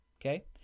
okay